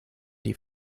die